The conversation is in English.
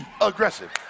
aggressive